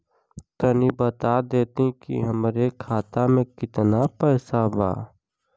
तनि बता देती की हमरे खाता में कितना पैसा बा?